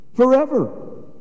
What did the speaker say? forever